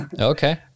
Okay